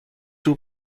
two